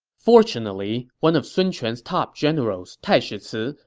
fortunately, one of sun quan's top generals, taishi ci,